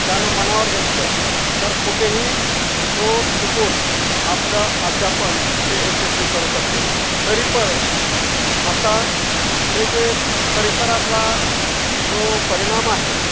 त्यानं मनावर घेतलं तर कुठेही तो शिकून आपलं अध्यापन हे यशस्वी करू शकतो तरी पण आता हे जे परिसरातला जो परिणाम आहे